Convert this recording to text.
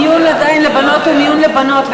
המיון עדיין לבנות הוא מיון לבנות,